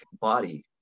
body